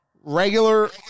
regular